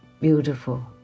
beautiful